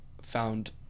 found